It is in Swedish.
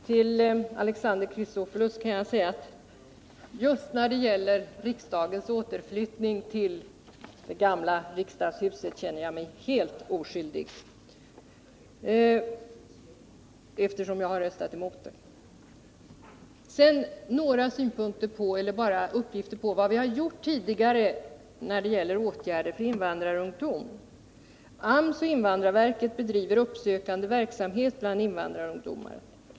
Till Alexander Chrisopoulos vill jag säga att i fråga om riksdagens återflyttning till det gamla riksdagshuset känner jag mig helt oskyldig, Nr 127 eftersom jag röstade emot det förslaget. Onsdagen den Sedan några uppgifter om vilka åtgärder vi tidigare har vidtagit för 23 april 1980 invandrarungdom. AMS och invandrarverket bedriver uppsökande verksamhet bland invandrarungdomar.